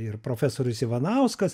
ir profesorius ivanauskas